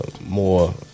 more